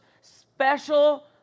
special